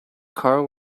carl